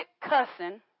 cussing